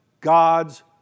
God's